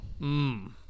Mmm